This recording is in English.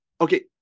okay